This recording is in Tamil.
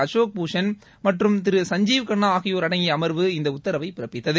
அஷோக் பூஷன் மற்றம் சஞ்சீவ் கண்ணா ஆகியோரடங்கிய அமர்வு இந்த உத்தரவை பிறப்பித்தது